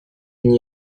n’y